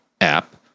app